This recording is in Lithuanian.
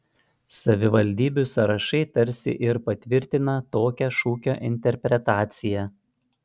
savivaldybių sąrašai tarsi ir patvirtina tokią šūkio interpretaciją